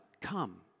come